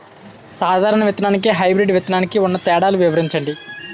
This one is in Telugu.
సాధారణ విత్తననికి, హైబ్రిడ్ విత్తనానికి ఉన్న తేడాలను వివరించండి?